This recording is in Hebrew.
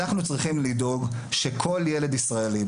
אנחנו צריכים לדאוג שכל ילד ישראלי,